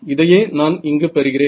இதையே நான் இங்கு பெறுகிறேன்